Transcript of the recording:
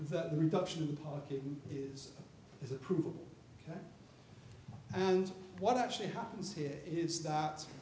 that the reduction of the parking is his approval and what actually happens here is that